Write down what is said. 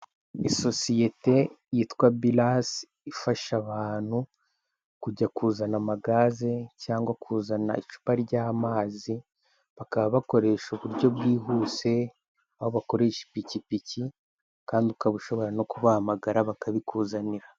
Ni sosiyete yitwa Birasi, ifasha bantu kujya kuzana amagaze, cyangwa kuzana icupa ry'amazi, bakaba bakoresha uburyo bwihuse aho bakoresha ipikipiki, kandi ukaba ushobora no kubahamagara bakabikuzanira.